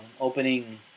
opening